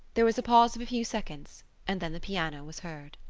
there was a pause of a few seconds and then the piano was heard.